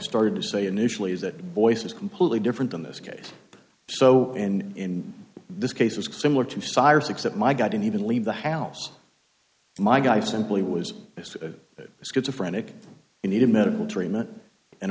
started to say initially is that voice is completely different in this case so in this case it's similar to cyrus except my guy didn't even leave the house my guy simply was as it was gets a frantic and needed medical treatment and